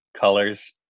colors